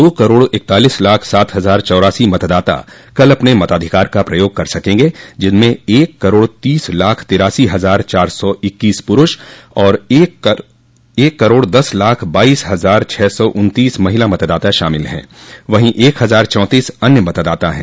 दो करोड़ इकतालीस लाख सात हजार चौरासी मतदाता कल अपने मताधिकार का प्रयोग कर सकेंगे जिनमें एक करोड़ तीस लाख तिरासी हजार चार सौ इक्कीस पुरूष और एक करोड़ दस लाख बाइस हजार छह सौ उन्तीस महिला मतदाता शामिल हैं वहीं एक हजार चौंतीस अन्य मतदाता हैं